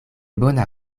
bona